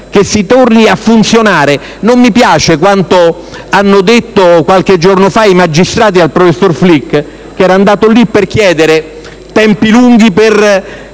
Non mi piace la risposta data qualche giorno fa dai magistrati al professor Flick che era andato a chiedere tempi lunghi per